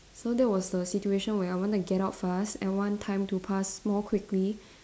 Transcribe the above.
so that was the situation where I wanted to get out fast I want time to pass more quickly